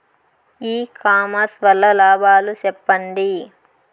ఇ commerce వల్ల లాభాలు సెప్పండి?